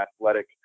athletic